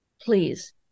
Please